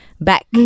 back